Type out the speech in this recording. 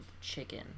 chicken